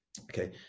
okay